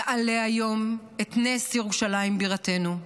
נעלה היום את נס ירושלים בירתנו.